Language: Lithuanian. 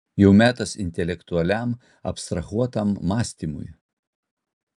jau metas intelektualiam abstrahuotam mąstymui